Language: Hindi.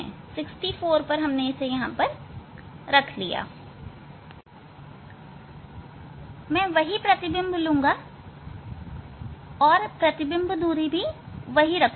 मैं वही प्रतिबिंब लूंगा मैं वही प्रतिबिंब दूरी रखूंगा